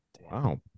Wow